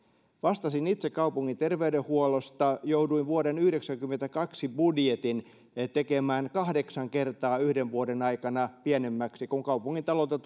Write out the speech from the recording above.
vastasin itse kaupungin terveydenhuollosta jouduin vuoden yhdeksänkymmentäkaksi budjetin tekemään kahdeksan kertaa yhden vuoden aikana pienemmäksi kun kaupungintalolta